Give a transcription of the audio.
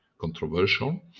controversial